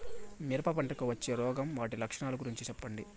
మిరప పంటకు వచ్చే రోగం వాటి లక్షణాలు గురించి చెప్పండి?